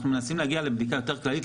אנחנו מנסים להגיע לבדיקה יותר כללית,